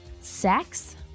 Sex